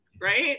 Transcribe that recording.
right